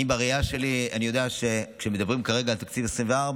בראייה שלי אני יודע שכשמדברים כרגע על תקציב 2024,